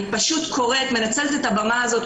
אני פשוט קוראת, מנצלת את הבמה הזאת.